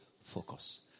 focus